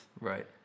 Right